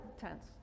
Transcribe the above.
tense